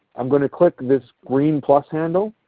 i'm going to click this green plus handle,